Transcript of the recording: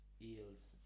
Eels